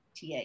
TA